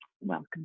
Welcome